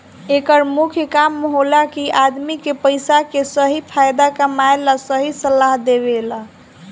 एकर मुख्य काम होला कि आदमी के पइसा के सही फायदा कमाए ला सही सलाह देवल